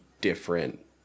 different